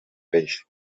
peix